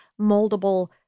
moldable